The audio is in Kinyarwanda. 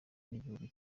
n’igihugu